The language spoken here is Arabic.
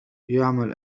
يعمل